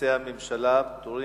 ומסי הממשלה (פטורין)